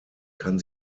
kann